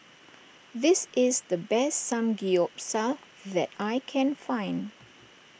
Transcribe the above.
this is the best Samgeyopsal that I can find